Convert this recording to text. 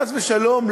חס ושלום,